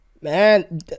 Man